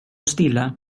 stilla